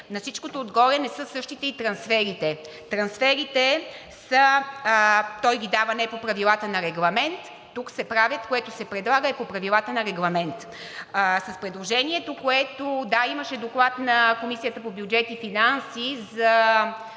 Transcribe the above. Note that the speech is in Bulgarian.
на всичкото отгоре не са същите и трансферите. Трансферите – той ги дава не по правилата на регламент, тук се правят, което се предлага, е по правилата на регламент. Да, имаше доклад на Комисията по бюджет и финанси за